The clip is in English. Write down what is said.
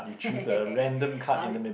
I'll